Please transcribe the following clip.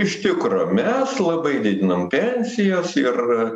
iš tikro mes labai didinam pensijas ir